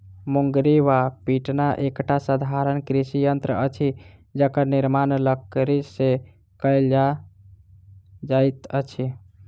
मुंगरी वा पिटना एकटा साधारण कृषि यंत्र अछि जकर निर्माण लकड़ीसँ कयल जाइत अछि